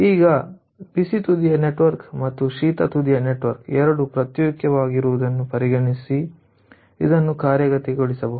ಈಗ ಬಿಸಿ ತುದಿಯ ನೆಟ್ವರ್ಕ್ ಮತ್ತು ಶೀತ ತುದಿಯ ನೆಟ್ವರ್ಕ್ 2 ಪ್ರತ್ಯೇಕವಾಗಿರುವುದನ್ನು ಪರಿಗಣಿಸಿ ಇದನ್ನು ಕಾರ್ಯಗತಗೊಳಿಸಬಹುದು